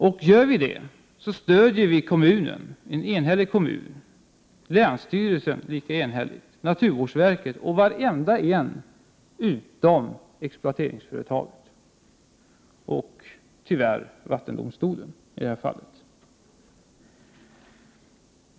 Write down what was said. Om vi gör detta stöder vi kommunen, länsstyrelsen och naturvårdsverket, vilka alla är eniga i den här frågan, och alla andra utom exploateringsföretaget och i detta fall tyvärr även vattendomstolen.